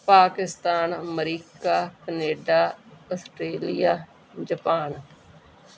Pakistan America Canada Australia Japan